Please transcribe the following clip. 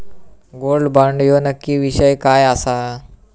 Gold bond ह्यो नक्की विषय काय आसा?